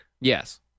Yes